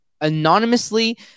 anonymously